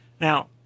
Now